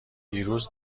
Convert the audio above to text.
دیروز